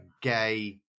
gay